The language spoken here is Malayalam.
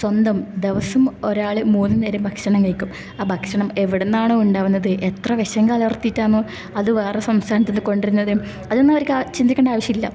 സ്വന്തം ദിവസം ഒരാൾ മൂന്ന് നേരം ഭക്ഷണം കഴിക്കും ആ ഭക്ഷണം എവിടുന്നാണോ ഉണ്ടാവുന്നത് എത്ര വിഷം കലർത്തിട്ടാന്നോ അത് വേറെ സംസ്ഥാനത്തീന്ന് കൊണ്ടു വരുന്നത് അതൊന്നും അവർക്ക് ചിന്തിക്കണ്ട ആവശ്യമില്ല